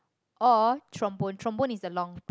or trombone trombone is a long